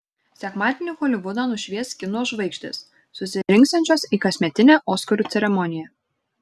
sekmadienį holivudą nušvies kino žvaigždės susirinksiančios į kasmetinę oskarų ceremoniją